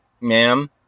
ma'am